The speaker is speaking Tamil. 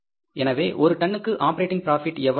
எனவே ஒரு டன்னுக்கு ஆப்பரேட்டிங் ப்ராபிட் எவ்வளவு இருக்கும்